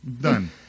done